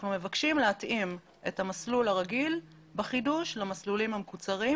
אנחנו מבקשים להתאים את המסלול הרגיל בחידוש למסלולים המקוצרים,